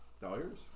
Dollars